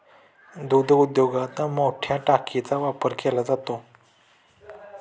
दूध उद्योगात मोठया टाकीचा वापर केला जातो